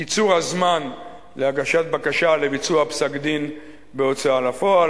קיצור הזמן להגשת בקשה לביצוע פסק-דין בהוצאה לפועל.